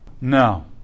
No